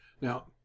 Now